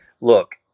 Look